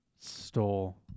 stole